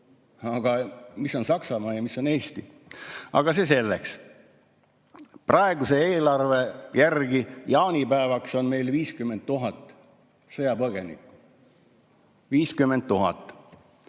Aga mis on Saksamaa ja mis on Eesti? Aga see selleks. Praeguse eelarve järgi on meil jaanipäevaks 50 000 sõjapõgenikku. 50 000!